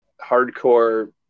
hardcore